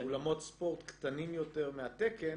אולמות ספורט קטנים יותר מהתקן